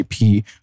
IP